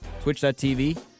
twitch.tv